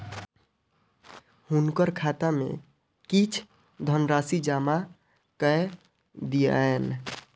हुनकर खाता में किछ धनराशि जमा कय दियौन